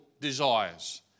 desires